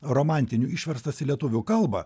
romantinių išverstas į lietuvių kalbą